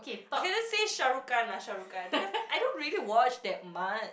okay let's say Shahrukh-Khan lah Shahrukh-Khan because I don't really watch that much